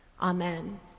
Amen